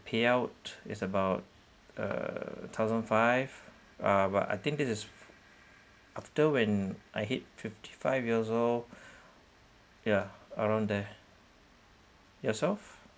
payout is about a thousand five uh but I think this is after when I hit fifty five years old yeah around there yourself